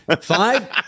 Five